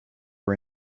are